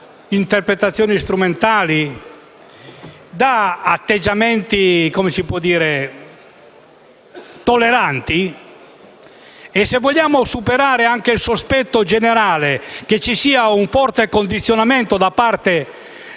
interpretazioni strumentali, da atteggiamenti tolleranti e superare anche il sospetto generale che ci sia un forte condizionamento da parte